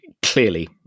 clearly